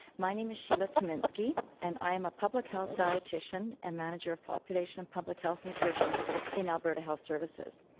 my name is sheila tamynski and i am a public health dietitian and manager of population and public health nutrition in alberta health services.